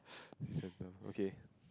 sea centre okay